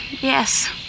Yes